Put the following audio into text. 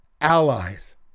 allies